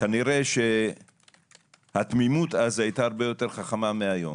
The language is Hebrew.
כנראה שהתמימות אז היתה הרבה יותר חכמה מהיום